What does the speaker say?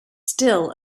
still